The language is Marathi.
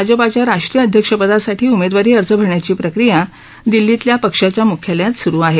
भाजपाच्या राष्ट्रीय अध्यक्षपदासाठी उमेदवारी अर्ज अरण्याची प्रक्रिया राजधानी दिल्लीतल्या पक्षाच्या मुख्यालयात सुरु आहे